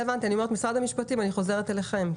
משרד המשפטים, אני חוזרת אליכם.